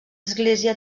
església